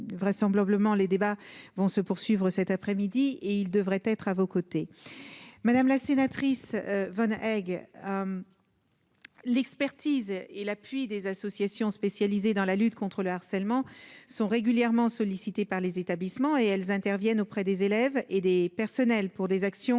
vraisemblablement, les débats vont se poursuivre cet après-midi et il devrait être à vos côtés, madame la sénatrice Egg. L'expertise et l'appui des associations spécialisées dans la lutte contre le harcèlement sont régulièrement sollicités par les établissements et elles interviennent auprès des élèves et des personnels pour des actions